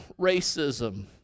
racism